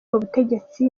butegetsi